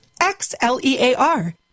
X-L-E-A-R